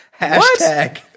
Hashtag –